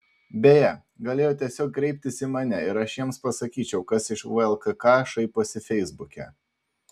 beje galėjo tiesiog kreiptis į mane ir aš jiems pasakyčiau kas iš vlkk šaiposi feisbuke